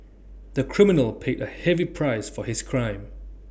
the criminal paid A heavy price for his crime